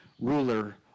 ruler